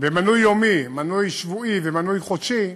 במנוי יומי, מנוי שבועי או מנוי חודשי,